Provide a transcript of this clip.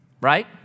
right